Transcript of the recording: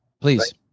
Please